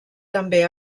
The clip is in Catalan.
també